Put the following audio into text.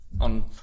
on